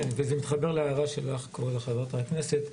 כן, זה מתחבר להערה שלך, חברת הכנסת.